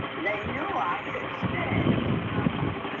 they knew i could stay uh-huh.